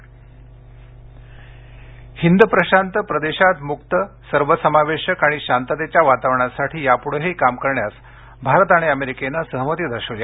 Bharat America Hind प्रशांत प्रदेशात मुक्त सर्व समावेशक आणि शांततेच्या वातावरणासाठी यापुढेही काम करण्यास भारत आणि अमेरिकेने सहमती दर्शवली